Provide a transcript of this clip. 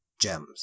gems